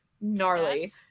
gnarly